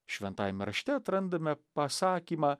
šventajame rašte atrandame pasakymą